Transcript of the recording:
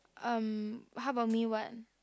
um how about me what